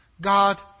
God